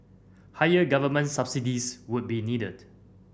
higher government subsidies would be needed